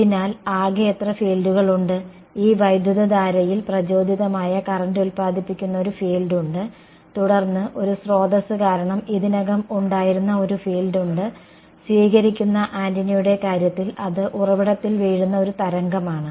അതിനാൽ ആകെ എത്ര ഫീൽഡുകൾ ഉണ്ട് ഈ വൈദ്യുതധാരയാൽ പ്രചോദിതമായ കറന്റ് ഉൽപ്പാദിപ്പിക്കുന്ന ഒരു ഫീൽഡ് ഉണ്ട് തുടർന്ന് ഒരു സ്രോതസ്സ് കാരണം ഇതിനകം ഉണ്ടായിരുന്ന ഒരു ഫീൽഡ് ഉണ്ട് സ്വീകരിക്കുന്ന ആന്റിനയുടെ കാര്യത്തിൽ അത് ഉറവിടത്തിൽ വീഴുന്ന ഒരു തരംഗമാണ്